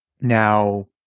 Now